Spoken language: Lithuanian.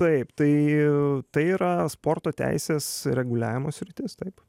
taip tai tai yra sporto teisės reguliavimo sritis taip